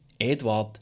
Edward